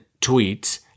tweets